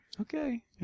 Okay